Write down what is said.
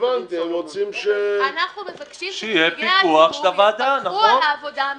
אנחנו מבקשים שנציגי הציבור יפקחו על העבודה המקצועית.